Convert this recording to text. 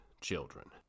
children